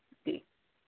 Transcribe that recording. जी